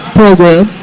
program